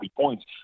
points